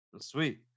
Sweet